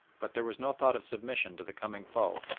but there was no thought of submission to the coming foe,